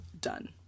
Done